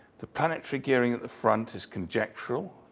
the planetary gearing at the front is conjectural.